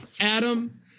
Adam